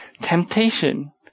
Temptation